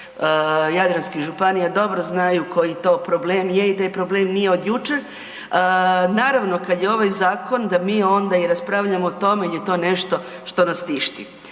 jadranskih županija dobro znaju koji to problem je i taj problem nije od jučer. Naravno, kad je ovaj zakon da mi onda i raspravljamo o tome jer je to nešto što nas tišti.